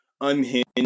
unhinged